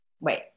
Wait